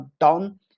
down